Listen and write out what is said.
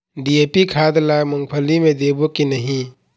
DAP खाद ला मुंगफली मे देबो की नहीं?